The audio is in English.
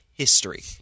history